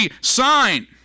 sign